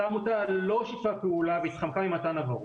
אותה עמותה לא שיתפה פעולה והתחמקה ממתן הבהרות.